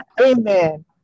Amen